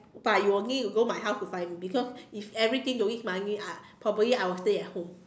but you will mean you go my house to find me because if everything don't need money I probably I will stay at home